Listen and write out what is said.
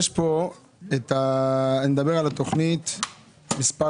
בתכנית מס'